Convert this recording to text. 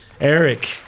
Eric